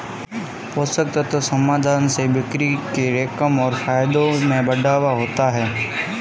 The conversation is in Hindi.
पोषक तत्व समाधान से बिक्री के रकम और फायदों में बढ़ावा होता है